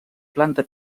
planta